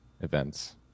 events